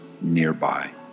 nearby